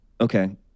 Okay